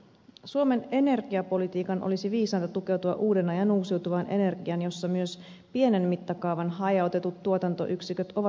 suomen energiapolitiikan olisi viisainta tukeutua uuden ajan uusiutuvaan energiaan jossa myös pienen mittakaavan hajautetut tuotantoyksiköt ovat mukana